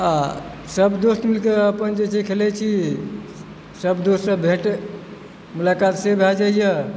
आ सब दोस्त मिलिकऽ अपन जे छै खेलै छी सब दोस्तसँ भेंट मुलाकात से भए जाइए